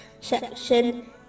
section